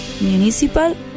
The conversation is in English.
municipal